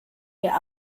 wir